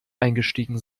eingestiegen